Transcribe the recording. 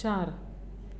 चार